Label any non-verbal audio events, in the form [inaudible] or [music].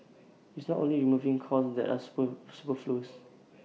it's not only removing costs that are [unintelligible] superfluous